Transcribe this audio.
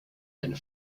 and